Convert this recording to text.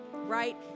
right